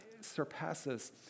surpasses